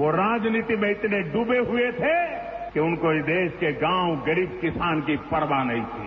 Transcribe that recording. वो राजनीति में इतने डूबे हुए थे कि उनको इस देश के गांव गरीब किसान की परवाह नहीं थी